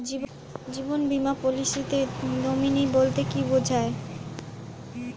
জীবন বীমা পলিসিতে নমিনি বলতে কি বুঝায়?